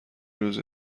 روز